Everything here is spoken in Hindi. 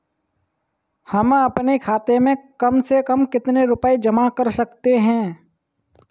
हम अपने खाते में कम से कम कितने रुपये तक जमा कर सकते हैं?